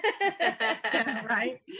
Right